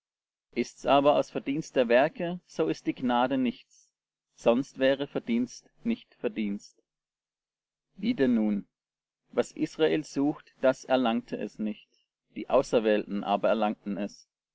ist's aber aus verdienst der werke so ist die gnade nichts sonst wäre verdienst nicht verdienst wie denn nun was israel sucht das erlangte es nicht die auserwählten aber erlangten es